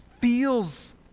feels